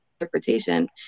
interpretation